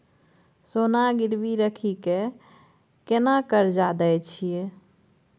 सोना गिरवी रखि के केना कर्जा दै छियै?